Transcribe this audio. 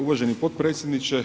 Uvaženi potpredsjedniče.